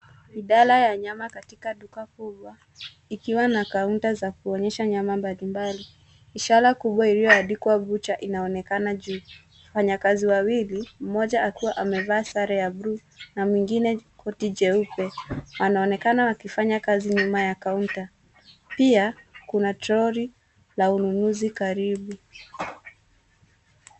Idara ya nyama katika duka kubwa ikiwa na counter za kuonyesha nyama mbalimbali. Ishara kubwa iliyoandikwa butcher inaonekana juu. Wafanyakazi wawili, mmoja akiwa amevaa sare ya bluu na mwingine koti jeupe wanaonekana wakifanya kazi nyuma ya counter .Pia, kuna troli la ununuzi karibu.